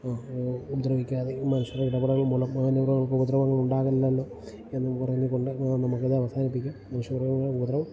ഉപദ്രവിക്കാതെയും മനുഷ്യരുടെ ഇടപെടൽ മൂലം വന്യ മൃഗങ്ങൾക്ക് ഉപദ്രവങ്ങൾ ഉണ്ടാകരുതല്ലോ എന്നും പറഞ്ഞ് കൊണ്ട് നമുക്കത് അവസാനിപ്പിക്കാം മനുഷ്യർ ഉപദ്രവം